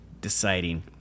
deciding